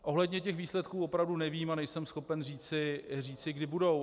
Ohledně těch výsledků opravdu nevím a nejsem schopen říci, kdy budou.